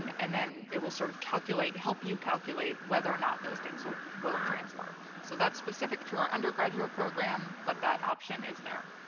um and then it will sort of help you calculate whether or not those things will will transfer. so that's specific to our undergraduate program. but that option is there.